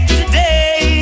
today